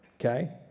Okay